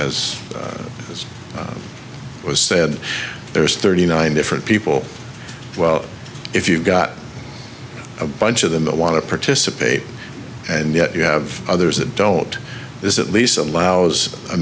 as this was said there's thirty nine different people well if you've got a bunch of them that want to participate and yet you have others that don't this at least allows a